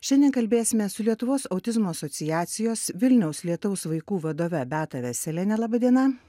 šiandien kalbėsime su lietuvos autizmo asociacijos vilniaus lietaus vaikų vadove beata veseliene laba diena